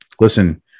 listen